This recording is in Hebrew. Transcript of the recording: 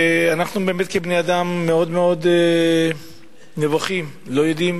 ואנחנו באמת, כבני-אדם, מאוד נבוכים, לא יודעים